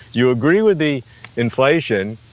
you agree with the inflation,